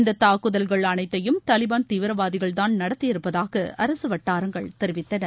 இந்ததாக்குதல்கள் அனைத்தையும் தாலிபான் தீவிரவாதிகள்தான் நடத்தியிருப்பதாகஅரசுவட்டாரங்கள் தெரிவித்தன